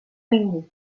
ningú